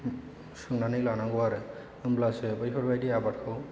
सोंनानै लानांगौ आरो होनब्लासो बैफोरबायदि आबादखौ